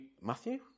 Matthew